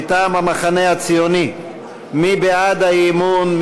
מטעם המחנה הציוני, מי בעד האי-אמון?